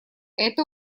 это